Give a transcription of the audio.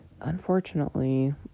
unfortunately